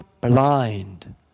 blind